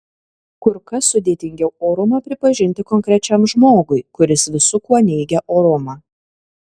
kur kas sudėtingiau orumą pripažinti konkrečiam žmogui kuris visu kuo neigia orumą